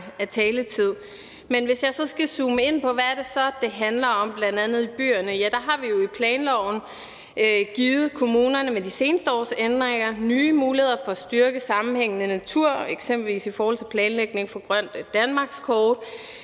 hvis jeg så skal zoome ind på, hvad det er, det handler om, bl.a. i byerne, så har vi jo i planloven med de seneste års ændringer givet kommunerne nye muligheder for at styrke en sammenhængende natur, eksempelvis i forhold til planlægningen af et Grønt Danmarkskort.